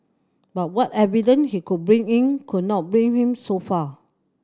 but what evident he could bring in could not bring him so far